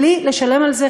בלי לשלם על זה,